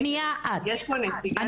שנייה, יש פה נציגה --- לא, שנייה את.